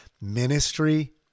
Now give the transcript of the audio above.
Ministry